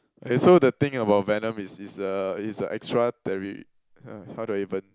eh so the thing about Venom is he is a extra terri~ how do I even